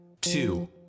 Two